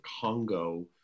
Congo